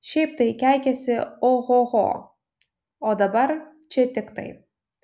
šiaip tai keikiasi ohoho o dabar čia tik tai